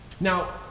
Now